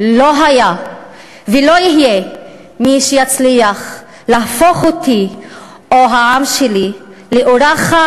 לא היה ולא יהיה מי שיצליח להפוך אותי או את העם שלי לאורחת,